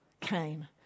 came